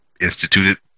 instituted